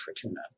Fortuna